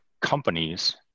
companies